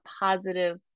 positive